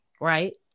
right